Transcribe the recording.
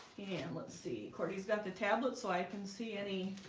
and let's see kourtney's got the tablet so i can see any